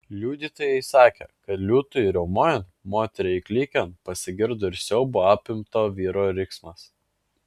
liudytojai sakė kad liūtui riaumojant moteriai klykiant pasigirdo ir siaubo apimto vyro riksmas